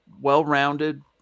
well-rounded